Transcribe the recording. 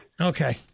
okay